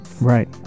Right